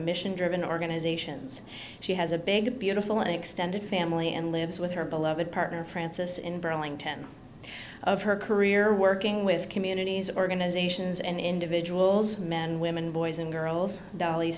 mission driven organizations she has a big beautiful and extended family and lives with her beloved partner francis in burlington of her career working with communities organizations and individuals men women boys and girls dolly